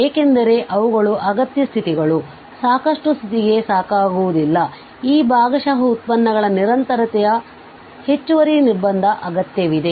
ಏಕೆಂದರೆ ಇವುಗಳು ಅಗತ್ಯ ಸ್ಥಿತಿಗಳು ಸಾಕಷ್ಟು ಸ್ಥಿತಿಗೆ ಸಾಕಾಗುವುದಿಲ್ಲ ಈ ಭಾಗಶಃ ಉತ್ಪನ್ನಗಳ ನಿರಂತರತೆಯ ಹೆಚ್ಚುವರಿ ನಿರ್ಬಂಧದ ಅಗತ್ಯವಿದೆ